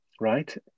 right